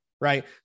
right